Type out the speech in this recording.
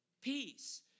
peace